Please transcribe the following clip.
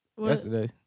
Yesterday